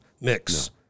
mix